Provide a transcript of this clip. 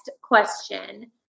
question